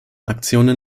aktionen